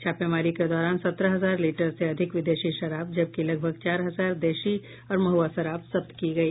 छापेमारी के दौरान सत्रह हजार लीटर से अधिक विदेशी शराब जबकि लगभग चार हजार देशी और महुआ शराब जब्त की गयी